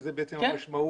זאת בעצם המשמעות.